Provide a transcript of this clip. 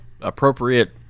appropriate